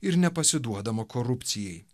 ir nepasiduodama korupcijai